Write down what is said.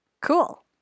Cool